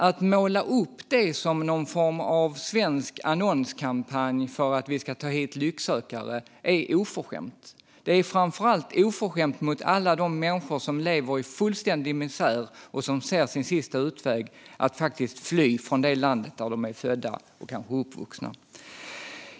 Att måla upp detta som en svensk annonskampanj för att ta hit lycksökare är oförskämt, framför allt mot alla de människor som lever i fullständig misär och ser som sin sista utväg att fly från det land där de är födda och uppvuxna.